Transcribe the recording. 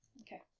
Okay